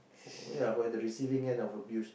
ya for the receiving end of abuse